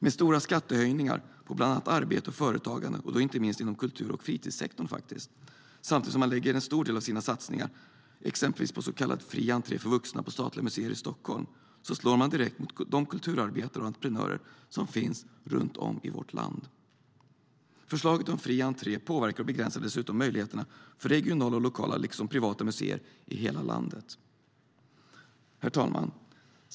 Med stora skattehöjningar på bland annat arbete och företagande, inte minst inom kultur och fritidssektorn, samtidigt som man lägger en stor del av sina satsningar på så kallad fri entré för vuxna på statliga museer i Stockholm, slår man direkt mot de kulturarbetare och entreprenörer som finns runt om i vårt land. Förslaget om fri entré påverkar och begränsar dessutom möjligheterna för regionala och lokala liksom privata museer i hela landet. Herr talman!